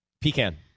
Pecan